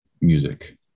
music